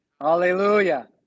hallelujah